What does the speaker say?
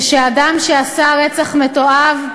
ושאדם שעשה רצח מתועב,